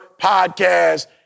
podcast